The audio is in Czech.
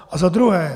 A za druhé.